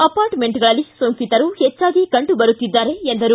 ಅಪಾರ್ಟ್ಮೆಂಟ್ಗಳಲ್ಲಿ ಸೋಂಕಿತರು ಹೆಚ್ಚಾಗಿ ಕಂಡು ಬರುತ್ತಿದ್ದಾರೆ ಎಂದರು